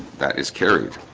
that is carried